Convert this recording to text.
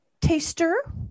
taster